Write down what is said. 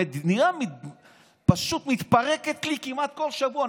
המדינה פשוט מתפרקת לי כמעט כל שבוע.